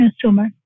consumer